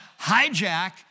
hijack